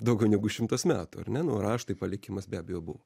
daugiau negu šimtas metų ar ne nu raštai palikimas be abejo buvo